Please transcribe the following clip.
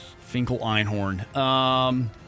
Finkel-Einhorn